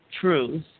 truth